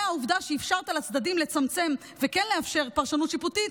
והעובדה שאפשרת לצדדים לצמצם וכן לאפשר פרשנות שיפוטית,